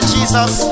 Jesus